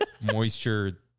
moisture